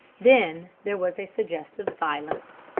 then there was a suggestive silence,